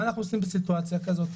מה אנחנו עושים בסיטואציה כזאת?